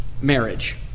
marriage